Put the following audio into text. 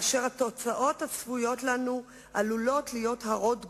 והתוצאות הצפויות לנו עלולות להיות הרות גורל.